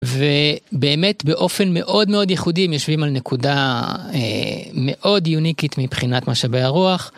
ובאמת באופן מאוד מאוד ייחודי הם יושבים על נקודה מאוד יוניקית מבחינת משאבי הרוח.